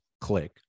Click